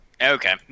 Okay